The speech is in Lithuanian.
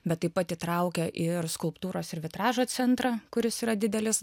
bet taip pat įtraukia ir skulptūros ir vitražo centrą kuris yra didelis